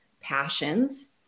passions